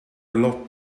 lot